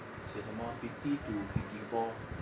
写什么 ah fifty to fifty four